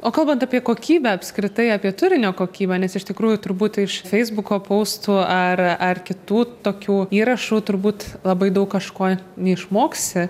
o kalbant apie kokybę apskritai apie turinio kokybę nes iš tikrųjų turbūt iš feisbuko poustų ar ar kitų tokių įrašų turbūt labai daug kažko neišmoksi